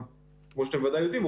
כמו שאתם ודאי יודעים,